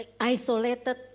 isolated